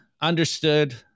understood